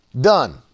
done